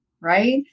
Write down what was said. right